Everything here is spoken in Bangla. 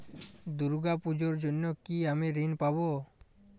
দুর্গা পুজোর জন্য কি আমি ঋণ পাবো?